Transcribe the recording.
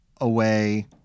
away